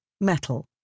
metal